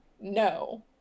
No